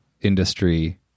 industry